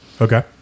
Okay